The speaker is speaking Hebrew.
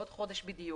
בעוד חודש בדיוק.